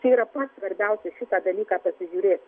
čia yra pats svarbiausias dalykas atsižiūrėt